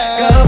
go